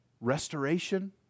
restoration